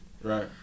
Right